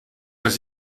dass